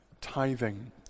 tithing